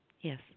Yes